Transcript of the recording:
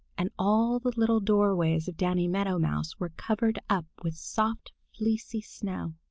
and all the little doorways of danny meadow mouse were covered up with soft, fleecy snow.